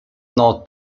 now